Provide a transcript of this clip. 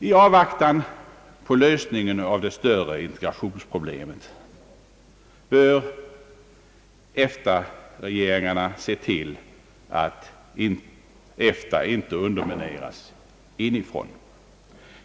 I avvaktan på lösningen av det större integrationsproblemet bör EFTA-regeringarna se till att EFTA inte undermineras inifrån.